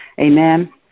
Amen